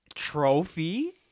trophy